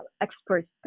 experts